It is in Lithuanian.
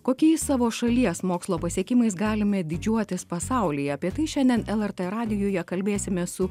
kokiais savo šalies mokslo pasiekimais galime didžiuotis pasaulyje apie tai šiandien lrt radijuje kalbėsimės su